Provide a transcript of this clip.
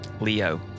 Leo